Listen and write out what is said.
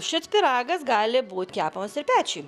šis pyragas gali būt kepamas ir pečiuj